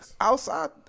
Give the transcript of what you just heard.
outside